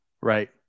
Right